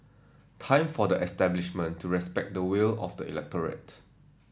time for the establishment to respect the will of the electorate